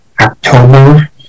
October